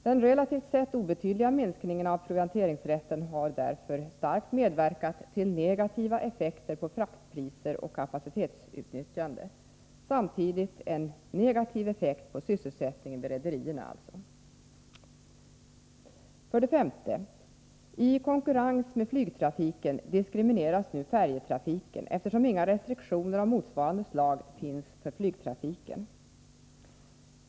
Den relativt sett obetydliga minskningen av provianteringsrätten har därför starkt medverkat till negativa effekter på fraktpriser och kapacitetsutnyttjande. Sammantaget har det alltså blivit en negativ effekt på sysselsättningen vid rederierna. För det femte: I konkurrens med flygtrafiken diskrimineras nu färjetrafiken, eftersom inga restriktioner av motsvarande slag finns för flygtrafiken.